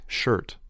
shirt